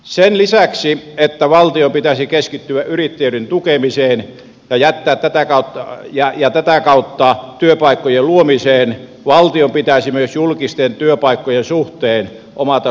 sen lisäksi että valtion pitäisi keskittyä yrittäjyyden tukemiseen ja jättää tätä kautta ja ja tätä kautta työpaikkojen luomiseen valtion pitäisi myös julkisten työpaikkojen suhteen omata suhteellisuudentajua